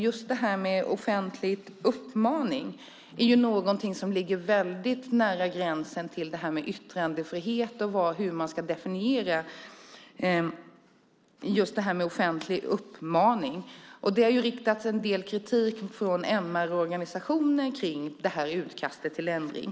Just offentlig uppmaning är någonting som ligger väldigt nära gränsen till yttrandefrihet och hur man ska definiera det hela. Det har riktats en del kritik från MR-organisationer mot utkastet till ändring.